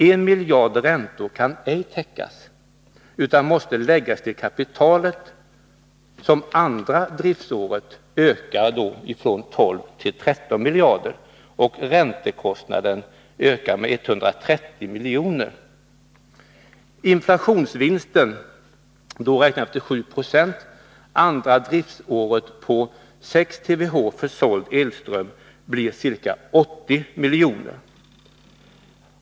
1 miljard i räntor kan ej täckas utan måste läggas till kapitalet, som andra driftsåret ökar från 12 till 13 miljarder. Och räntekostnaden ökar med 130 miljoner. TWh försåld elström blir ca 80 miljoner.